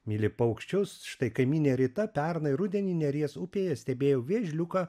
myli paukščius štai kaimynė rita pernai rudenį neries upėje stebėjo vėžliuką